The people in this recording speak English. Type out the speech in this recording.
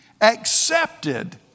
accepted